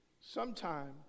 Sometime